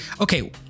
okay